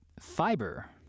fiber